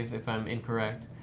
if i'm incorrect.